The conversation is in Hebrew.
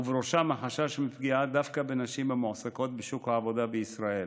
ובראשם החשש מפגיעה דווקא בנשים המועסקות בשוק העבודה בישראל.